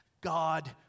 God